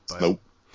Nope